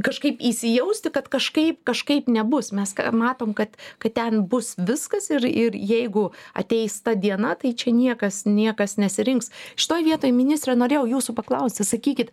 kažkaip įsijausti kad kažkaip kažkaip nebus mes matom kad kad ten bus viskas ir ir jeigu ateis ta diena tai čia niekas niekas nesirinks šitoj vietoj ministre norėjau jūsų paklausti sakykit